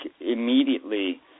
immediately